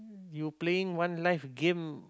you playing one life game